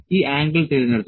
ഈ ആംഗിൾ തിരഞ്ഞെടുത്തു